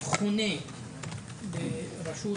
חונה ברשות